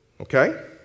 Okay